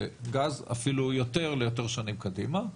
וגז אפילו יותר, ליותר שנים קדימה.